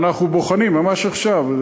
ואנחנו בוחנים ממש עכשיו,